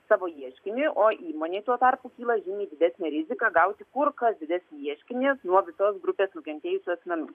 savo ieškinį o įmonei tuo tarpu kyla žymiai didesnė rizika gauti kur kas didesnį ieškinį nuo visos grupės nukentėjusių asmenų